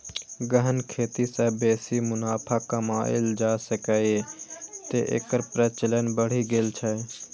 गहन खेती सं बेसी मुनाफा कमाएल जा सकैए, तें एकर प्रचलन बढ़ि गेल छै